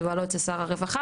זה כבר לא אצל שר הרווחה.